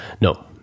No